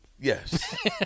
Yes